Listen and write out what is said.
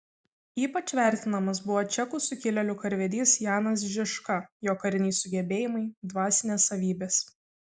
ypač vertinamas buvo čekų sukilėlių karvedys janas žižka jo kariniai sugebėjimai dvasinės savybės